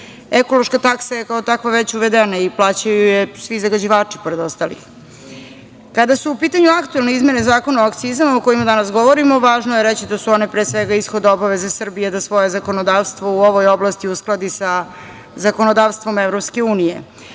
Ekološka taksa je kao takva već uvedena i plaćaju je svi zagađivači, pored ostalih. Kada su u pitanju aktuelne izmene Zakona o akcizama, o kojima danas govorimo, važno je reći da su one, pre svega, ishod obaveze Srbije da svoje zakonodavstvo u ovoj oblasti uskladi sa zakonodavstvom EU. Naime,